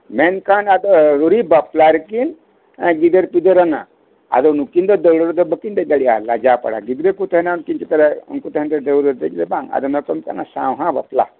ᱢᱮᱱᱠᱷᱟᱱ ᱟᱫᱚ ᱟᱹᱣᱨᱤ ᱵᱟᱯᱞᱟ ᱨᱮᱠᱤᱱ ᱜᱤᱫᱟᱹᱨ ᱯᱤᱫᱟᱹᱨ ᱟᱱᱟ ᱟᱫᱚ ᱱᱩᱠᱤᱱ ᱫᱚ ᱫᱟᱹᱣᱲᱟᱹ ᱨᱮᱫᱚ ᱵᱟᱠᱤᱱ ᱫᱮᱡᱽ ᱫᱟᱲᱮᱭᱟᱜᱼᱟ ᱞᱟᱡᱟ ᱯᱟᱲᱟ ᱜᱤᱫᱽᱨᱟᱹ ᱠᱚ ᱛᱟᱦᱮᱱᱟ ᱪᱮᱫ ᱞᱮᱠᱟᱨᱮ ᱩᱱᱠᱩ ᱛᱟᱦᱮᱱ ᱛᱮ ᱫᱟᱹᱣᱲᱟᱹ ᱫᱮᱡ ᱵᱟᱝ ᱚᱱᱟ ᱠᱚ ᱢᱮᱛᱟᱜᱼᱟ ᱥᱟᱸᱣᱦᱟ ᱵᱟᱯᱞᱟ